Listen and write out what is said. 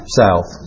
south